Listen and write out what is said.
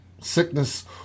sickness